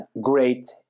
great